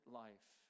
life